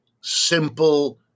simple